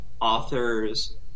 authors